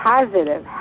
Positive